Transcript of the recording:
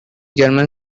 german